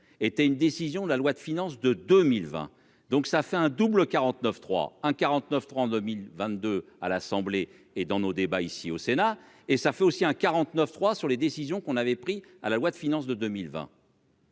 était une décision de la loi de finances de 2020, donc ça fait un double 49 3 1 49 32 1022, à l'Assemblée et dans nos débats ici au Sénat et ça fait aussi un 49 3 sur les décisions qu'on avait pris à la loi de finances de 2020.